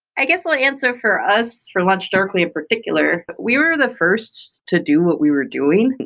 i guess my answer for us, for launchdarkly in particular, we're the first to do what we were doing.